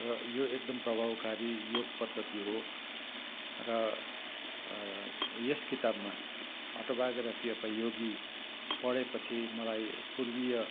र यो एकदम प्रभावकारी योग पद्धति हो र यस किताबमा अटोबायोग्राफी अफ अ योगी पढेपछि मलाई पूर्वीय